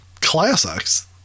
classics